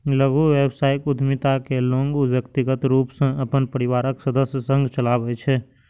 लघु व्यवसाय उद्यमिता कें लोग व्यक्तिगत रूप सं अपन परिवारक सदस्य संग चलबै छै